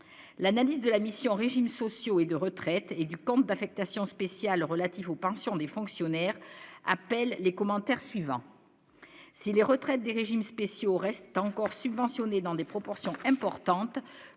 l'analyse de la mission régimes sociaux et de retraite et du combat affectations spéciales relatif aux pensions des fonctionnaires appellent les commentaires suivants si les retraites des régimes spéciaux restent encore subventionnés dans des proportions importantes,